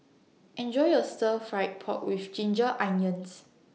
Enjoy your Stir Fry Pork with Ginger Onions